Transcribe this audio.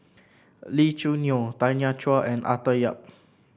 Lee Choo Neo Tanya Chua and Arthur Yap